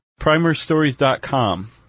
PrimerStories.com